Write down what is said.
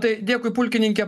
tai dėkui pulkininke